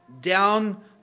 down